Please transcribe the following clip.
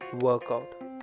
Workout